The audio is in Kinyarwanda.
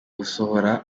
gusohora